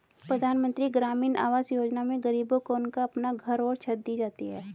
प्रधानमंत्री ग्रामीण आवास योजना में गरीबों को उनका अपना घर और छत दी जाती है